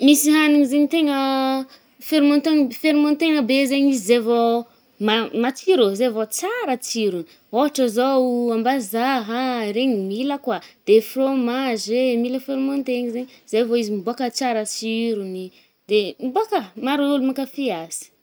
Misy hanigny zaigny tegna fermenténa-fermenter-na be zagny izy zay vô < ma-matsiro ô, zay vô tsara tsirony. Ôhatra zao ambazaha ah regny mila koà. De fromage eh mila fermenter-na zay, zay vô izy mibôka tsara ny tsirony de mibôka. Maro olo mankafy azy.